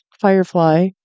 Firefly